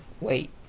wait